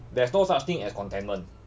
there is no such thing as contentment